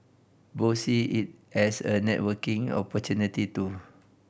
both see it as a networking opportunity too